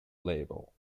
label